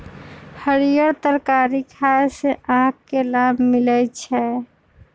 हरीयर तरकारी खाय से आँख के लाभ मिलइ छै